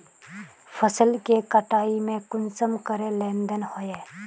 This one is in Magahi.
फसल के कटाई में कुंसम करे लेन देन होए?